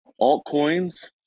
altcoins